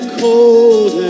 cold